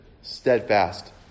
steadfast